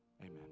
Amen